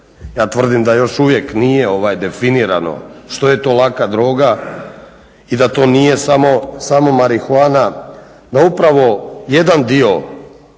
ja tvrdim da još uvijek nije definirano što je to laka droga i da to nije samo marihuana, da upravo jedan dio